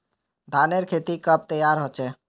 धानेर खेती कब तैयार होचे?